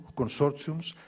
consortium's